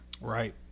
right